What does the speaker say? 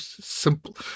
simple